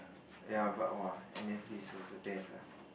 ya but !wah! n_s days was the best ah